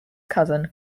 cousin